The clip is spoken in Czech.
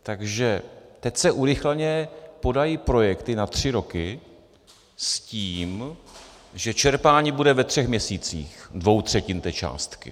Takže teď se urychleně podají projekty na tři roky s tím, že čerpání bude ve třech měsících dvou třetin té částky.